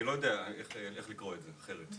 אני לא יודע איך לקרוא את זה אחרת.